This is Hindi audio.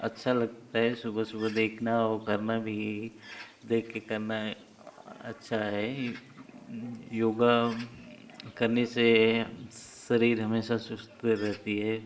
अच्छा लगता है सुबह सुबह देखना और करना भी देख कर करना अच्छा है योग करने से शरीर हमेशा चुस्त रहती है